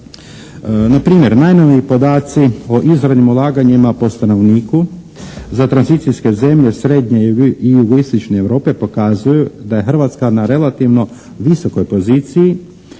na primjer najnoviji podaci o izravnim ulaganjima po stanovniku za tranzicijske zemlje srednje i jugoistočne Europe pokazuju da je Hrvatska na relativno visokoj poziciji